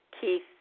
Keith